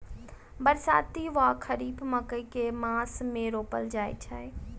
बरसाती वा खरीफ मकई केँ मास मे रोपल जाय छैय?